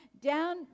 down